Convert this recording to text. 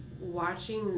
watching